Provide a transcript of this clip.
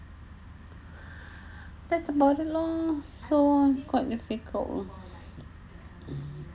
that's about a long so quite difficult